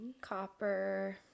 copper